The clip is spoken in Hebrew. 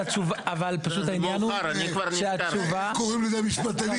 איך קוראים לזה המשפטנים?